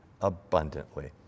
abundantly